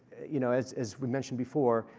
you know, as as we mentioned before,